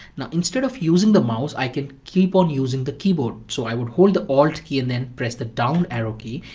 now, instead of using the mouse, i can keep on using the keyboard, so i would hold the alt key and then press the down arrow key,